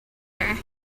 her